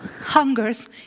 hungers